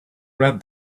read